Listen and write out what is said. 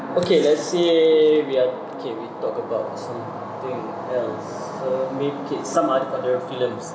okay let's say we are okay we talk about something else uh make it some other films